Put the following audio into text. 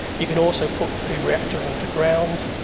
you can also put the reactor underground,